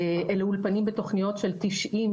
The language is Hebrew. אלו אולפנים בתוכניות של 90,